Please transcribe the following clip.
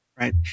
right